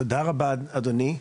תודה רבה אדוני.